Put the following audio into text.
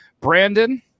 Brandon